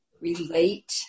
relate